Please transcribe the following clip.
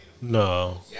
No